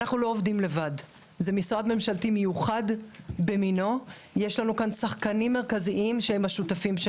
(מקרינה שקף, שכותרתו: סוגי השחקנים המרכזיים.)